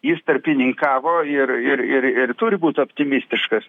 jis tarpininkavo ir ir ir ir turi būt optimistiškas